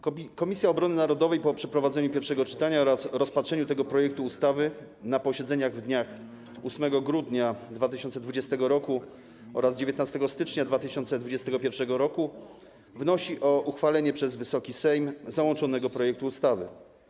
Komisja Obrony Narodowej po przeprowadzeniu pierwszego czytania oraz rozpatrzeniu tego projektu ustawy na posiedzeniach w dniach 8 grudnia 2020 r. oraz 19 stycznia 2021 r. wnosi o uchwalenie przez wysoki Sejm załączonego projektu ustawy.